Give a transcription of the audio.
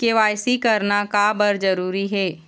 KYC करना का बर जरूरी हे?